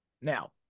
Now